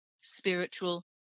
spiritual